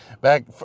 Back